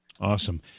awesome